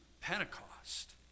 pentecost